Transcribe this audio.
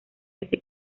que